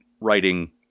writing